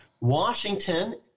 Washington